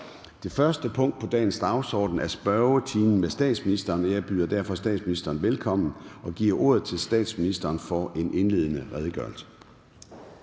Det første punkt på dagsordenen er: 1) Spørgetime med statsministeren. Kl. 13:01 Formanden (Søren Gade): Jeg byder statsministeren velkommen og giver ordet til statsministeren for en indledende redegørelse.